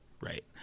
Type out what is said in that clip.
right